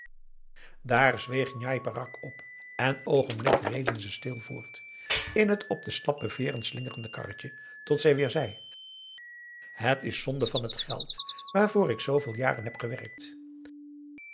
daar zweeg njai peraq op en een oogenblik reden ze stil voort in het op de slappe veeren slingerende karretje tot zij weer zei het is zonde van het geld waarvoor ik zooveel jaren heb gewerkt